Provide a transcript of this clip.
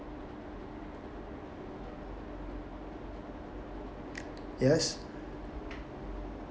yes